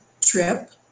trip